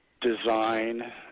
design